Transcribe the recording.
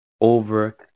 over